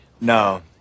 No